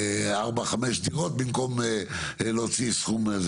ארבע חמש דירות במקום להוציא סכום.